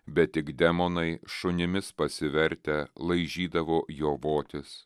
bet tik demonai šunimis pasivertę laižydavo jo votis